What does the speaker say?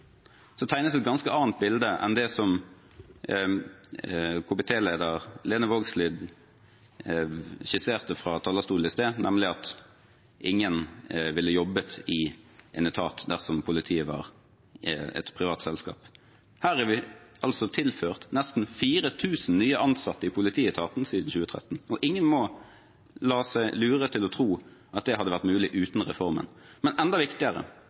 tegnes et ganske annet bilde enn det som komitéleder Lene Vågslid skisserte fra talerstolen i sted, nemlig at ingen ville jobbet i etaten dersom politiet var et privat selskap. Vi har tilført nesten 4 000 nye ansatte i politietaten siden 2013, og ingen må la seg lure til å tro at det hadde vært mulig uten reformen. Men enda viktigere: